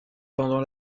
pendant